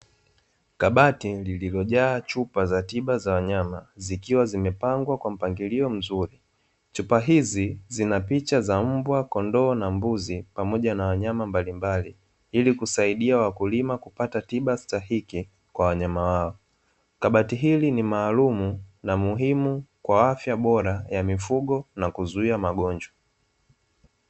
Kabati lililojaa chupa za tiba za wanyama zikiwa zimepangwa kwa mpangilio mzuri, chupa hizi zina picha za mbwa kondoo na mbuzi pamoja na wanyama mbalimbali ili kusaidia wakulima kupata tiba stahiki kwa wanyama wao, kabati hili ni maalumu na muhimu kwa afya bora ya mifugo na kuzuia magonjwa.